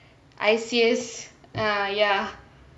I_C_S ah ya